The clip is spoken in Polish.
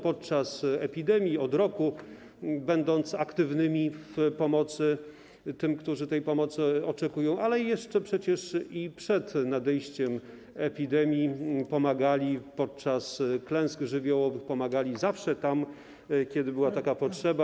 Podczas epidemii, od roku są aktywni w pomocy tym, którzy tej pomocy oczekują, ale przecież i przed nadejściem epidemii pomagali podczas klęsk żywiołowych, pomagali zawsze wtedy, kiedy była taka potrzeba.